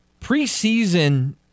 preseason